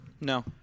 No